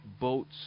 boats